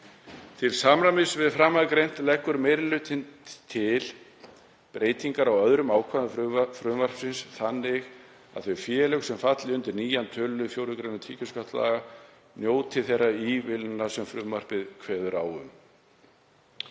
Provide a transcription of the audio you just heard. Til samræmis við framangreint leggur meiri hlutinn til breytingar á öðrum ákvæðum frumvarpsins, þannig að þau félög sem falli undir nýjan 9. tölulið 4. gr. tekjuskattslaga njóti þeirra ívilnana sem frumvarpið kveður á um.